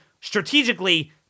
strategically